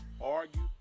Argue